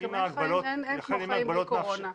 גם אין כמו חיים בלי קורונה.